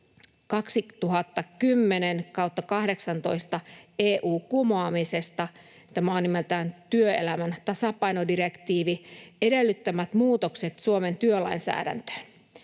2010/18/EU kumoamisesta — tämä on nimeltään työelämän tasapaino ‑direktiivi — edellyttämät muutokset Suomen työlainsäädäntöön.